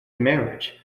marriage